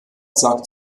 sagt